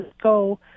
go